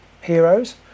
heroes